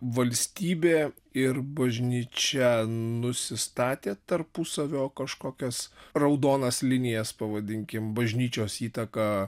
valstybė ir bažnyčia nusistatė tarpusavio kažkokias raudonas linijas pavadinkim bažnyčios įtaka